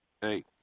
Hey